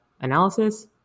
analysis